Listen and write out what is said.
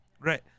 right